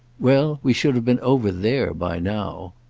well, we should have been over there by now.